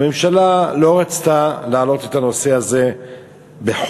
הממשלה לא רצתה להעלות את הנושא הזה בחוק.